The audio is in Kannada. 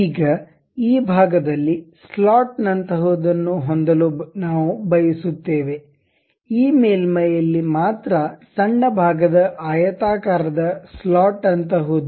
ಈಗ ಈ ಭಾಗದಲ್ಲಿ ಸ್ಲಾಟ್ನಂತಹದನ್ನು ಹೊಂದಲು ನಾವು ಬಯಸುತ್ತೇವೆ ಈ ಮೇಲ್ಮೈಯಲ್ಲಿ ಮಾತ್ರ ಸಣ್ಣ ಭಾಗದ ಆಯತಾಕಾರದ ಸ್ಲಾಟ್ನಂತಹದ್ದು